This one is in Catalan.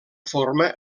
forma